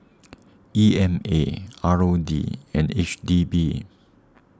E M A R O D and H D B